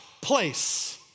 place